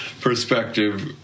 perspective